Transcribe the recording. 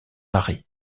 larry